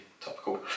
topical